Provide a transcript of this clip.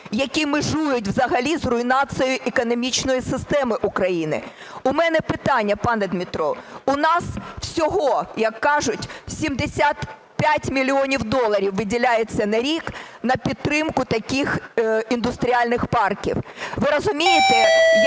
які межують взагалі з руйнацією економічної системи України. У мене питання, пане Дмитро. У нас всього, як кажуть, 75 мільйонів доларів виділяється на рік на підтримку таких індустріальних парків. Ви розумієте,